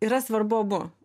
yra svarbu abu